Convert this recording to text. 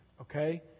okay